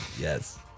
Yes